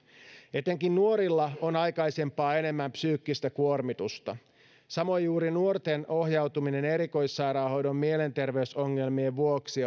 etenkin nuorilla on aikaisempaa enemmän psyykkistä kuormitusta samoin juuri nuorten ohjautuminen erikoissairaanhoitoon mielenterveysongelmien vuoksi